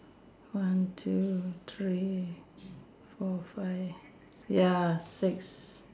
one two three four five ya six